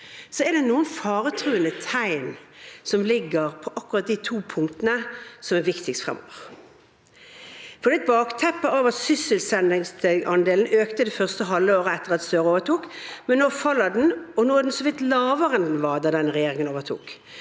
– er det noen faretruende tegn på akkurat de to punktene som er viktigst fremover. Det er et bakteppe at sysselsettingsandelen økte det første halve året etter at Støre overtok, men nå faller den, og nå er den så vidt lavere enn den var da denne regjeringen overtok.